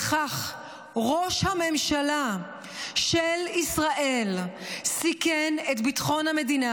בכך ראש הממשלה של ישראל "סיכן את ביטחון המדינה